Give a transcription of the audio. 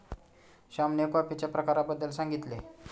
श्यामने कॉफीच्या प्रकारांबद्दल सांगितले